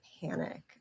panic